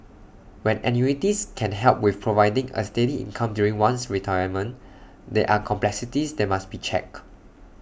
when annuities can help with providing A steady income during one's retirement there are complexities that must be checked